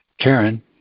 Karen